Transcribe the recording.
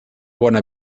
bona